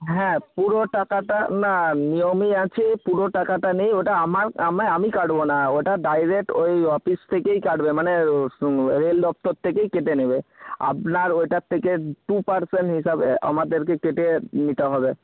হ্যাঁ পুরো টাকাটা না নিয়মেই আছে পুরো টাকাটা নেই ওটা আমার আমে আমি কাটব না ওটা ডাইরেক্ট ওই অফিস থেকেই কাটবে মানে রেল দপ্তর থেকেই কেটে নেবে আপনার ওইটার থেকে টু পারসেন্ট হিসাবে আমাদেরকে কেটে নিতে হবে